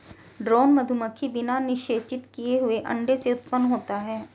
drone मधुमक्खी बिना निषेचित किए हुए अंडे से उत्पन्न होता है